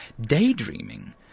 daydreaming